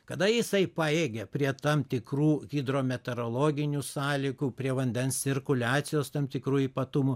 kada jisai pajėgia prie tam tikrų hidrometeorologinių sąlygų prie vandens cirkuliacijos tam tikrų ypatumų